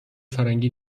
فرنگی